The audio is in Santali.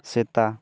ᱥᱮᱛᱟ